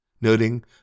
noting